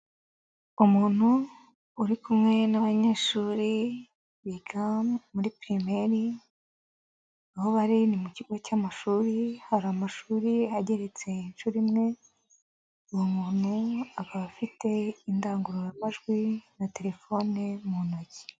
Umuntu uri kumwe n'abanyeshuri, biga muri pirimeri, aho bari mu kigo cy'amashuri, hari amashuri, ageretse inshuro imwe, uyu muntu akaba afite indangururamajwi na telefone mu ntoki.